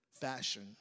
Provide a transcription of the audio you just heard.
fashion